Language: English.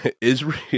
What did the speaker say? Israel